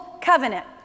covenant